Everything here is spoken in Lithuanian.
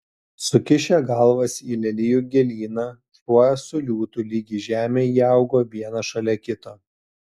sukišę galvas į lelijų gėlyną šuo su liūtu lyg į žemę įaugo vienas šalia kito